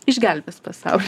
išgelbės pasaulį